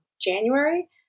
January